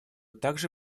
также